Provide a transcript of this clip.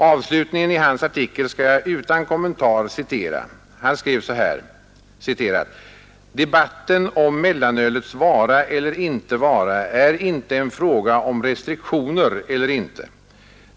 Avslutningen i hans artikel skall jag utan kommentarer citera. Han skrev så här: ”Debatten om mellanölets vara eller inte vara är inte en fråga om restriktioner eller inte.